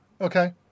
Okay